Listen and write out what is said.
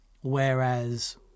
whereas